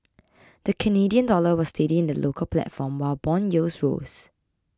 the Canadian dollar was steady in the local platform while bond yields rose